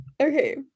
Okay